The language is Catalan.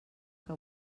que